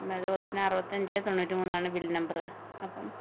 അതേപോലെ തന്നെ അറുപത്തി അഞ്ച് തൊണ്ണൂറ്റി മൂന്നാണ് ബിൽ നമ്പറ് അപ്പം